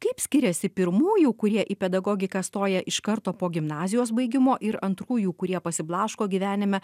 kaip skiriasi pirmųjų kurie į pedagogiką stoja iš karto po gimnazijos baigimo ir antrųjų kurie pasiblaško gyvenime